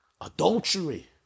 adultery